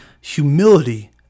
humility